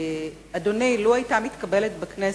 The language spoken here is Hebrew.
אדוני, לו היתה מתקבלת בכנסת,